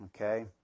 Okay